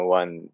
one